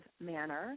manner